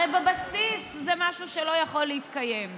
הרי בבסיס זה משהו שלא יכול להתקיים.